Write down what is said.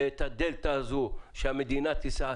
ואת הדלתא הזו שהמדינה תישא.